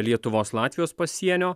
lietuvos latvijos pasienio